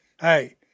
hey